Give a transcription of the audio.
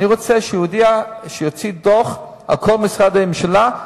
אני רוצה שהוא יוציא דוח על כל משרדי הממשלה,